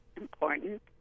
important